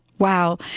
Wow